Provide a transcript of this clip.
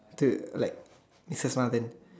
the like misses Smarden